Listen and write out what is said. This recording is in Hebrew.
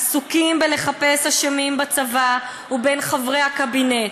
עסוקים בלחפש אשמים בצבא ובין חברי הקבינט.